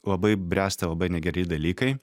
labai bręsta labai negeri dalykai